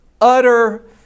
utter